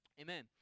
amen